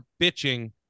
bitching